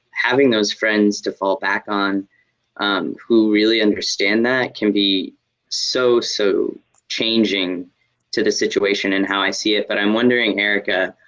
having those friends to fall back on who really understand that can be so, so changing to the situation and how i see it. but i'm wondering erica,